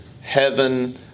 heaven